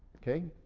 okay?